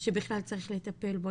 שבכלל צריך לטפל בו,